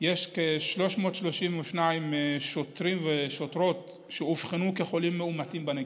יש כ-332 שוטרים ושוטרות שאובחנו כחולים מאומתים בנגיף.